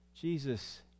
Jesus